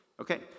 Okay